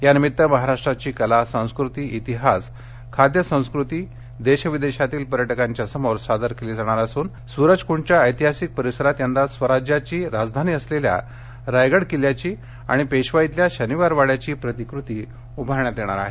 यानिमित्त महाराष्ट्राची कला संस्कृती इतिहास खाद्यसंस्कृती देश विदेशातील पर्यटकांच्या समोर सादर केली जाणार असून सुरजकुंडच्या ऐतिहासिक परिसरात यंदा स्वराज्याची राजधानी असलेल्या रायगड किल्ल्याची आणि पेशवाईतल्या शनिवारवाङ्याची प्रतिकृती उभारण्यात येणार आहे